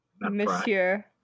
Monsieur